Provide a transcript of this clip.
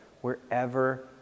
Wherever